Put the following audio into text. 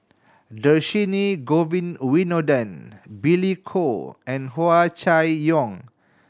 Dhershini Govin Winodan Billy Koh and Hua Chai Yong